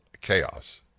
chaos